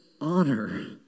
honor